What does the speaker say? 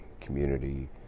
community